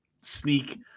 sneak